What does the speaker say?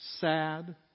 sad